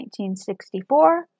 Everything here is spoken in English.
1964